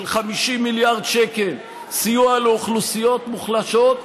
של 50 מיליארד שקל סיוע לאוכלוסיות מוחלשות,